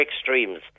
extremes